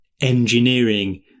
engineering